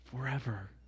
forever